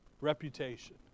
reputation